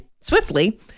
Swiftly